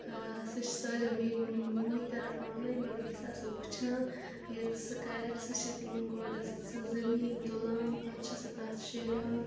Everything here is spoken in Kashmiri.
ٲں سۄ چھِ سٲلِم میٲنۍ ممی کران پانے مگر بہٕ چھس آسان وُچھان ییٚلہِ تہِ سۄ کرِ سۄ چھِ گۄڈٕ سۄ زمیٖن تُلان پتہٕ چھِ سۄ تتھ شیران